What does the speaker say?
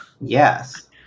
Yes